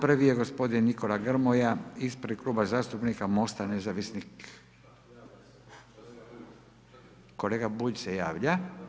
Prvi je gospodin Nikola Grmoja ispred Kluba zastupnika MOST-a nezavisnih. … [[Upadica se ne čuje.]] Kolega Bulj se javlja.